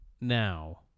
now